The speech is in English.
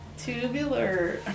tubular